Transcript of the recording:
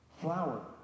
flour